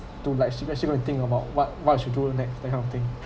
to like seriously go and think about what what I should do next that kind of thing